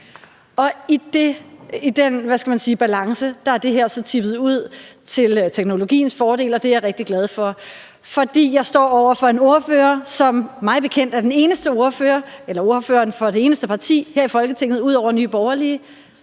om den balance er det her altså bonet ud til teknologiens fordel, og det er jeg rigtig glad for, for jeg står over for en ordfører, som mig bekendt er ordfører for det eneste parti her i Folketinget ud over Nye Borgerlige,